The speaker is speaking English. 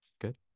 Good